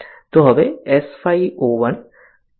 તો હવે S5 O1